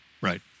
Right